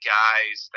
guys